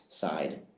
side